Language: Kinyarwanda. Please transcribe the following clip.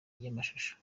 y’amashusho